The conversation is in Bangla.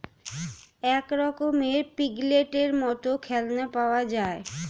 এক রকমের পিগলেটের মত খেলনা পাওয়া যায়